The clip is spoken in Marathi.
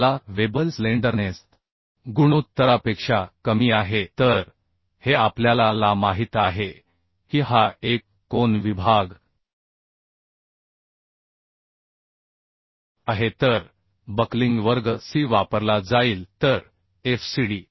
जे अलावेबल स्लेंडरनेस गुणोत्तरापेक्षा कमी आहे तर हे आपल्याला माहित आहे की हा एक कोन विभाग आहे तर बक्लिंग वर्ग सी वापरला जाईल तर FCD